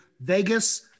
Vegas